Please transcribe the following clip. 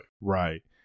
Right